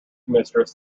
mistress